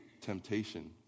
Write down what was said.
temptation